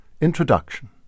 introduction